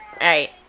right